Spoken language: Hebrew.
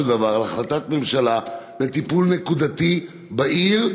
דבר להחלטת ממשלה על טיפול נקודתי בעיר,